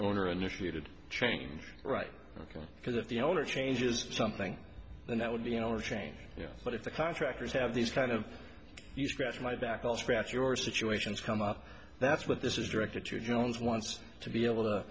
owner initiated change right ok because if the owner changes something then that would be an owner change yes but if the contractors have these kind of you scratch my back i'll scratch your situations come up that's what this is directed to jones wants to be able to